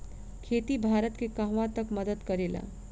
खेती भारत के कहवा तक मदत करे ला?